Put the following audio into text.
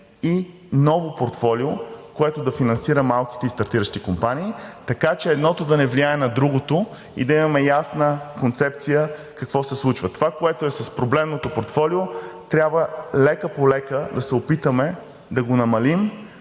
и ново портфолио, което да финансира малките и стартиращи компании, така че едното да не влияе на другото и да имаме ясна концепция какво се случва. Това, което е с проблемното портфолио, трябва лека полека да се опитаме да го намалим